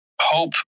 hope